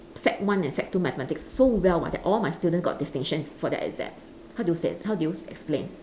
sec one and sec two mathematics so well ah that all my students got distinctions for their exams how do you say how do you explain